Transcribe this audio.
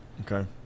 Okay